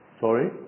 Sorry